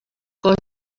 cos